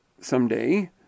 someday